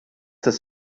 das